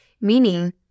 meaning